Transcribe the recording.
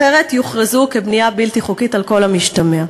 אחרת יוכרזו כבנייה בלתי חוקית, על כל המשתמע.